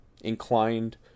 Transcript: inclined